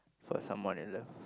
for someone you love